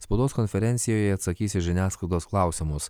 spaudos konferencijoje atsakys į žiniasklaidos klausimus